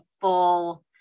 full